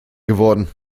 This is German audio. geworden